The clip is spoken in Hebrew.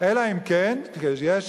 אלא אם כן יש,